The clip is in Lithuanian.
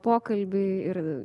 pokalbį ir